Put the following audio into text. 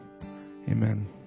Amen